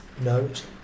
note